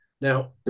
Now